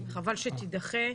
חבל שתידחה,